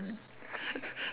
mm